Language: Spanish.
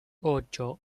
ocho